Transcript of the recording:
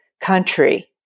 country